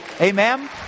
Amen